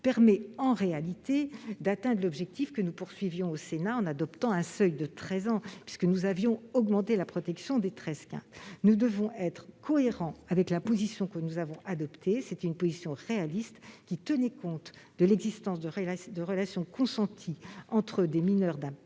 permet en réalité d'atteindre l'objectif que nous nous étions fixé au Sénat en adoptant un seuil de 13 ans, puisque nous avions augmenté la protection des 13-15 ans. Nous devons être cohérents avec la position que nous avons adoptée, une position réaliste qui tient compte de l'existence de relations consenties entre des mineurs d'un